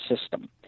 system